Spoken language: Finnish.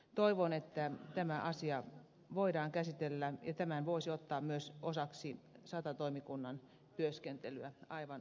toivon että tämä asia voidaan käsitellä ja tämän voisi ottaa myös osaksi sata toimikunnan työskentelyä aivan asiallisesti